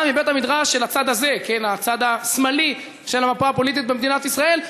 מבית-המדרש של הצד השמאלי של המפה הפוליטית במדינת ישראל,